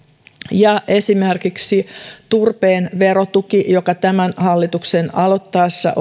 ja esimerkiksi turpeen verotuki oli tämän hallituksen aloittaessa